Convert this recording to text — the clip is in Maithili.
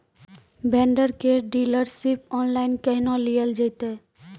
भेंडर केर डीलरशिप ऑनलाइन केहनो लियल जेतै?